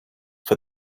for